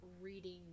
reading